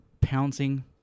pouncing